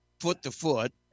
foot-to-foot